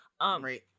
Right